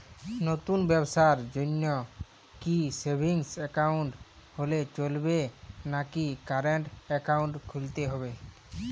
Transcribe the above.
নতুন ব্যবসার জন্যে কি সেভিংস একাউন্ট হলে চলবে নাকি কারেন্ট একাউন্ট খুলতে হবে?